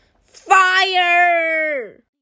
Fire